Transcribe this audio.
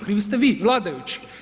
Krivi ste vi vladajući.